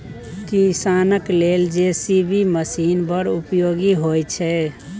किसानक लेल JCB machine बड़ उपयोगी होइ छै